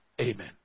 Amen